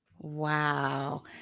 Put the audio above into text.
Wow